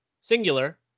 singular